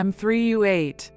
M3U8